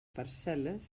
parcel·les